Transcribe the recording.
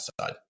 side